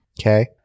okay